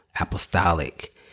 Apostolic